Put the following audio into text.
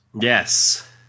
Yes